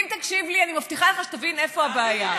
אם תקשיב לי, אני מבטיחה לך שתבין איפה הבעיה.